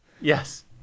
yes